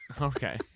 Okay